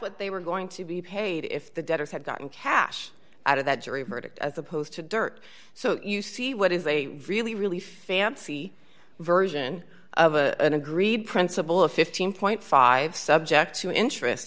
what they were going to be paid if the debtors had gotten cash out of that jury verdict as opposed to dirt so you see what is a really really fancy version of a agreed principle of fifteen five subject to interest